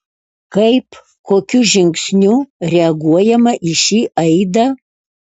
kaip kokiu žingsniu reaguojama į šį aidą